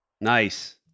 Nice